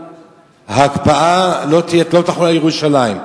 שההקפאה לא תחול על ירושלים,